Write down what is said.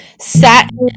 satin